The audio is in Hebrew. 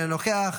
אינו נוכח,